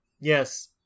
Yes